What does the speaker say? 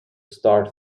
star